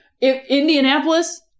Indianapolis